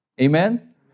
amen